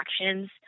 actions